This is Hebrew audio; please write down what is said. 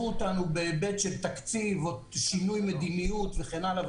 הכשרנו לקראת השנה הבאה גם 40 כיתות לחינוך החרדי.